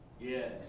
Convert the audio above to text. Yes